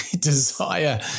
desire